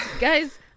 Guys